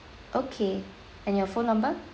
okay and your phone number